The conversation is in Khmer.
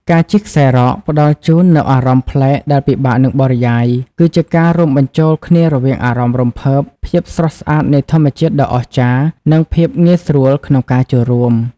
ការជិះខ្សែរ៉កផ្ដល់ជូននូវអារម្មណ៍ប្លែកដែលពិបាកនឹងបរិយាយ គឺជាការរួមបញ្ចូលគ្នារវាងអារម្មណ៍រំភើប ភាពស្រស់ស្អាតនៃធម្មជាតិដ៏អស្ចារ្យ និងភាពងាយស្រួលក្នុងការចូលរួម។